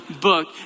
book